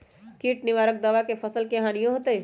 किट निवारक दावा से फसल के हानियों होतै?